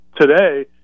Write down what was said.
today